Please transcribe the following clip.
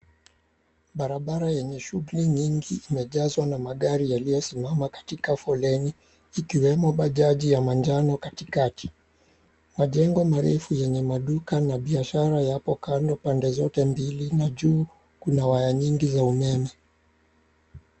Barabara yenye shughuli nyingi imejazwa na magari yaliyosimama katika foleni ikiwemo bajaji ya manjano , katikati majengo marefu yenye maduka na biashara ya hapo kando pande zote mbili na juu kuna waya nyingi za umeme.